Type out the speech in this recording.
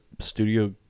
Studio